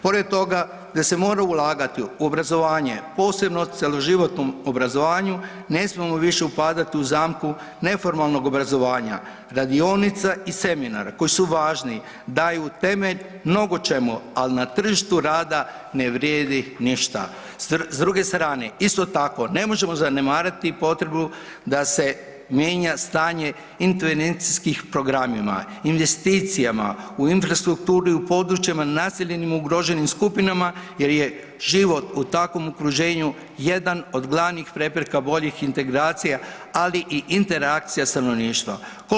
Pored toga da se mora ulagati u obrazovanje, posebno cjeloživotnom obrazovanju, ne smijemo više upadat u zamku neformalnog obrazovanja, radionica i seminara koji su važni, daju temelj mnogočemu ali na tržištu rada ne vrijedi ništa. s druge strane, isto tako, ne možemo zanemariti potrebu da se mijenja stanje ... programima, investicijama, u infrastrukturi, u područjima naseljenih ugroženim skupinama jer je život u takvom okruženju jedan od glavnih prepreka boljih integracija ali i interakcija stanovništva.